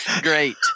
Great